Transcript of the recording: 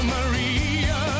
Maria